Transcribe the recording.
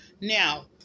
Now